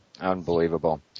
Unbelievable